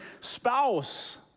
spouse